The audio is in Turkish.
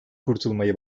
kurtulmayı